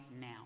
now